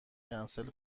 کنسل